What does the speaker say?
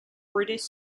british